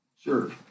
Sure